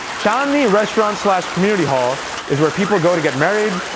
chandni restaurant slash community hall is where people go to get married,